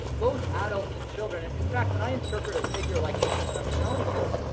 both adults and children. and in fact, when i interpret a figure like this one that i'm showing you,